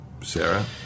Sarah